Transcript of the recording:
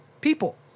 people